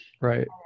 Right